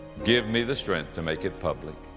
give me the strength to make it public.